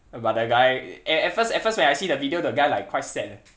but the guy at at first at first when I see the video the guy like quite sad eh